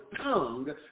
tongue